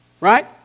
right